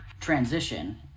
transition